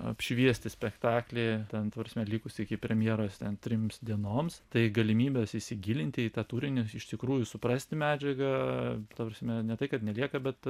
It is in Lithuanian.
apšviesti spektaklį ten ta prasme likus iki premjeros ten trims dienoms tai galimybės įsigilinti į tą turinį iš tikrųjų suprasti medžiagą ta prasme ne tai kad nelieka bet